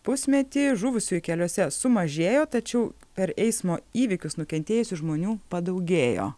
pusmetį žuvusiųjų keliuose sumažėjo tačiau per eismo įvykius nukentėjusių žmonių padaugėjo